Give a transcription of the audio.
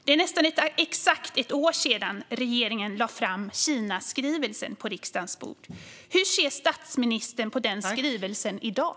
Det är nästan exakt ett år sedan regeringen lade fram Kinaskrivelsen på riksdagens bord. Hur ser statsministern på denna skrivelse i dag?